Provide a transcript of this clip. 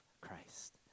Christ